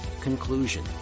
Conclusion